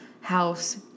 house